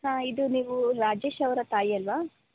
ಹಾಂ ಇದು ನೀವು ರಾಜೇಶ್ ಅವರ ತಾಯಿಯಲ್ಲವಾ